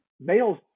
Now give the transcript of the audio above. males